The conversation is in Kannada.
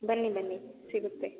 ಬನ್ನಿ ಬನ್ನಿ ಸಿಗುತ್ತೆ